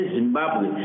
Zimbabwe